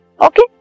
Okay